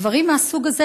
דברים מהסוג הזה,